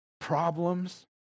problems